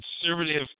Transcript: conservative